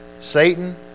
Satan